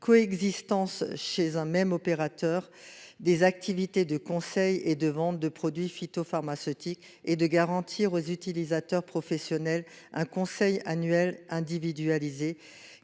coexistence chez un même opérateur des activités de conseil et de vente pour les produits phytopharmaceutiques et de garantir aux utilisateurs professionnels un conseil annuel individualisé,